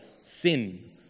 Sin